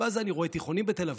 ואז אני רואה תיכונים בתל אביב,